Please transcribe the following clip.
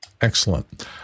Excellent